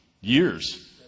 years